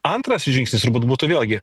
antras žingsnis turbūt būtų vėlgi